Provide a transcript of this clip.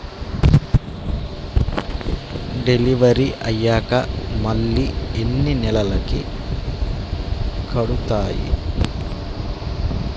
Delivery అయ్యాక మళ్ళీ ఎన్ని నెలలకి కడుతాయి?